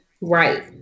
right